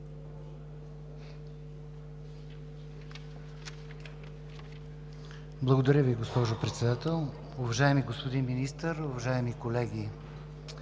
Благодаря Ви, госпожо Председател. Уважаеми господин Министър, уважаеми колеги!